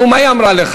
נו, מה היא אמרה לך?